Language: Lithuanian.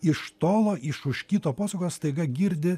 iš tolo iš už kito posūkio staiga girdi